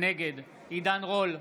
נגד עידן רול,